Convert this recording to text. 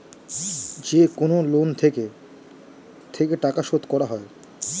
যেকনো লোনে থেকে থেকে টাকা শোধ করতে হয়